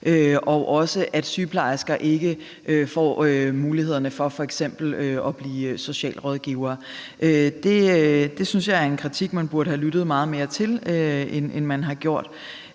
og også at sygeplejersker ikke får mulighederne for f.eks. at blive socialrådgivere. Det synes jeg er en kritik, man burde have lyttet meget mere til, end man har gjort.